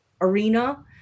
arena